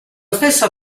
stesso